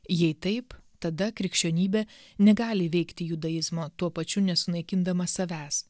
jei taip tada krikščionybė negali įveikti judaizmo tuo pačiu nesunaikindama savęs